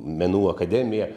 menų akademija